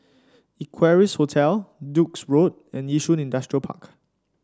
Equarius Hotel Duke's Road and Yishun Industrial Park